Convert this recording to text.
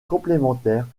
complémentaires